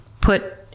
put